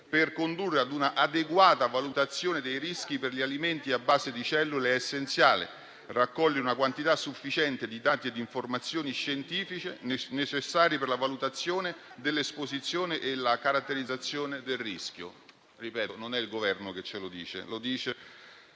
Per condurre ad un'adeguata valutazione dei rischi per gli alimenti a base di cellule è essenziale raccogliere una quantità sufficiente di dati e di informazioni scientifiche necessari per la valutazione dell'esposizione e la caratterizzazione del rischio». Ribadisco che non è il Governo a dircelo,